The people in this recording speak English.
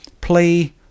play